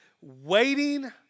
waiting